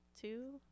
two